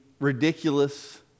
ridiculous